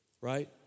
Right